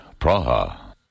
Praha